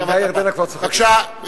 בבקשה,